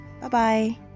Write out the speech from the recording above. Bye-bye